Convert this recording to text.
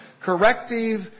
corrective